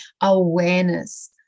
awareness